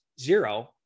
zero